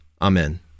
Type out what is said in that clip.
Amen